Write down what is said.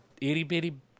itty-bitty